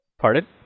pardon